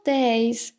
days